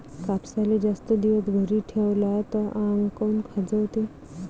कापसाले जास्त दिवस घरी ठेवला त आंग काऊन खाजवते?